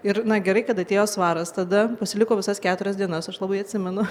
ir na gerai kad atėjo svaras tada pasiliko visas keturias dienas aš labai atsimenu